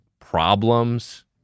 Problems